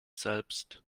selbst